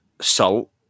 salt